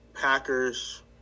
Packers